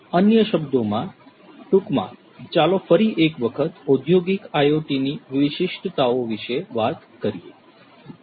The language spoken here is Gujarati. અન્ય શબ્દોમાં ટૂંકમાં ચાલો ફરી એક વખત ઔદ્યોગિક IoT ની વિશિષ્ટતાઓ વિશે વાત કરીએ